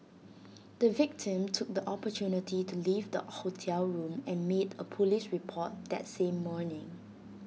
the victim took the opportunity to leave the hotel room and made A Police report that same morning